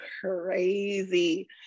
crazy